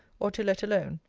or to let alone.